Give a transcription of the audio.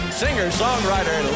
singer-songwriter